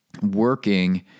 working